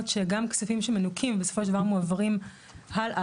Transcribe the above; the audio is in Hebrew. שגם כספים שמנוכים בסופו של דבר מועברים הלאה,